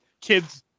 kids